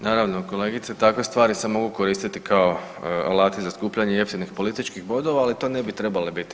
Naravno kolegice, takve stvari se mogu koristiti kao alati za skupljanje jeftinih političkih bodova, ali to ne bi trebali biti.